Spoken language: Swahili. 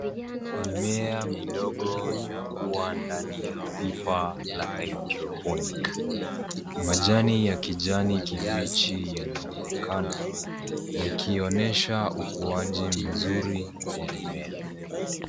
Mimea midogo inakua ndani ya pipa la haidroponiki. Majani ya kijani kibichi yanaonekana yakionyesha ukuaji mzuri wa mimea.